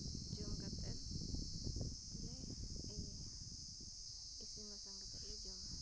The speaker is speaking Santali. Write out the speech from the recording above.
ᱡᱚᱢ ᱠᱟᱛᱮ ᱞᱮ ᱤᱭᱟᱹ ᱤᱥᱤᱱ ᱵᱟᱥᱟᱝ ᱠᱟᱛᱮᱞᱮ ᱡᱚᱢᱟ